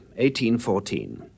1814